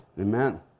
Amen